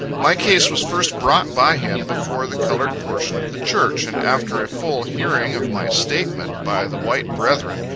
my case was first brought by him before the colored portion of the church and after a full hearing of my statement, by the white brethren,